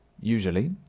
Usually